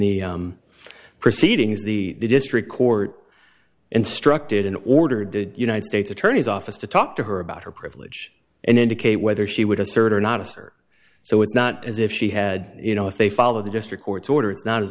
the proceedings the district court instructed and ordered the united states attorney's office to talk to her about her privilege and indicate whether she would assert or not assert so it's not as if she had you know if they follow the district court's order it's not as